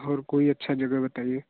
और कोई अच्छा जगह बताइए